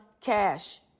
cash